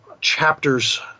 chapters